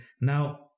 now